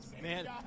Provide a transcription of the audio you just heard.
man